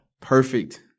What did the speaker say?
perfect